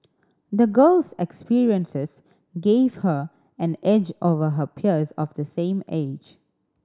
the girl's experiences gave her an edge over her peers of the same age